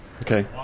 Okay